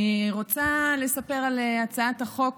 אני רוצה לספר על הצעת החוק